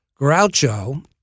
Groucho